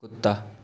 कुत्ता